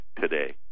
today